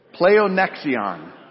Pleonexion